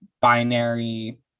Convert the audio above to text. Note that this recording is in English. binary